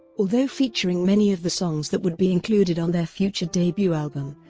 although featuring many of the songs that would be included on their future debut album,